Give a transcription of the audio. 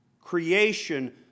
Creation